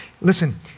Listen